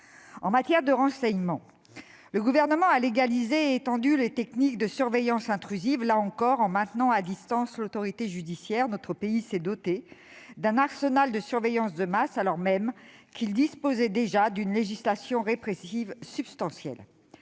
En matière de renseignement, ce gouvernement a légalisé et étendu des techniques de surveillance intrusives, là encore en maintenant à distance l'autorité judiciaire. Notre pays s'est doté d'un arsenal de surveillance de masse, alors même qu'il disposait déjà d'une législation répressive substantielle.